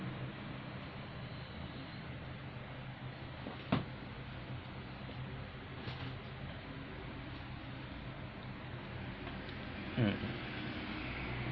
mm